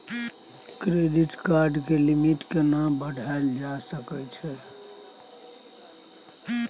Credit card के limit केना बढायल जा सकै छै?